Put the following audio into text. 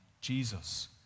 Jesus